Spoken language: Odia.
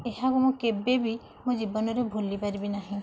ଏହାକୁ ମୁଁ କେବେ ବି ମୋ ଜୀବନରେ ଭୁଲି ପାରିବିନି